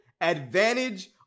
advantage